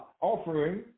offering